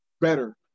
better